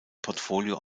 portfolio